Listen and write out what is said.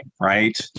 right